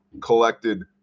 collected